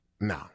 No